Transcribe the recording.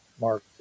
Mark